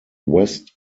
west